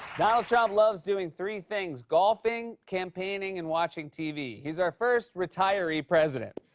donald trump loves doing three things golfing, campaigning, and watching tv. he's our first retiree president.